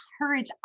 encourage